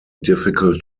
difficult